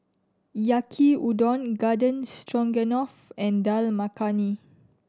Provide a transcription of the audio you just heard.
Yaki Udon Garden Stroganoff and Dal Makhani